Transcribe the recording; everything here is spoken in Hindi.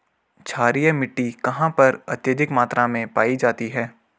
क्षारीय मिट्टी कहां पर अत्यधिक मात्रा में पाई जाती है?